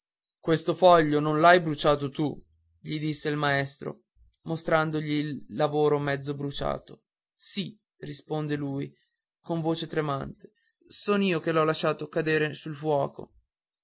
questo foglio non l'hai bruciato tu gli dice il maestro mostrandogli il lavoro mezzo bruciato sì risponde lui con la voce tremante son io che l'ho lasciato cadere sul fuoco